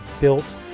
built